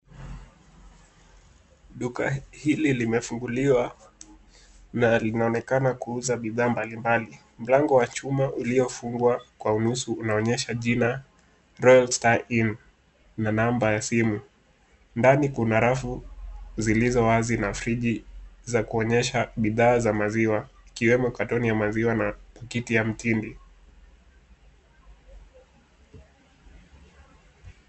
Duka hili limefunguliwa na linaonekana kuuza bidhaa mbalimbali . Mlango wa chuma ulifungwa kwa unusu unaonyesha jina Royal Star Inn na namba ya simu. Ndani kuna rafu zilizo wazi na friji za kuonyesha bidhaa za maziwa ikiwemo katoni ya maziwa na pakiti ya mtindi.